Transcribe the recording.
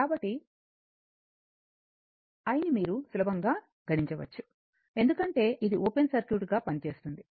కాబట్టి I ని మీరు సులభంగా గణించవచ్చు ఎందుకంటే ఇది ఓపెన్ సర్క్యూట్గా పనిచేస్తుంది